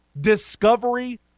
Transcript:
discovery